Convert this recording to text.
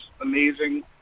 amazing